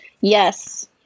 yes